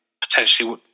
potentially